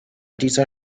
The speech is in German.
dieser